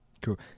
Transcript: cool